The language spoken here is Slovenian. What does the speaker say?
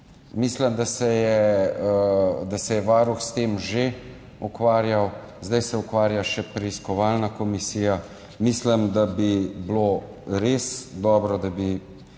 Mislim, da se je Varuh s tem že ukvarjal, zdaj se ukvarja še preiskovalna komisija. Mislim, da bi bilo res dobro, da bi